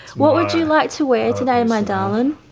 what would you like to wear today my darling?